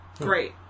Great